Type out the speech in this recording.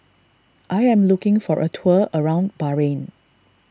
I am looking for a tour around Bahrain